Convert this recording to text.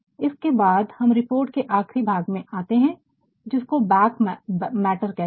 इसके बाद हम रिपोर्ट के आखिरी भाग में आते है जिसको बैक मैटर कहते है